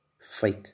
Fake